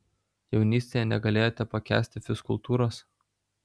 jaunystėje negalėjote pakęsti fizkultūros